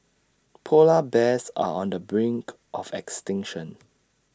Polar Bears are on the brink of extinction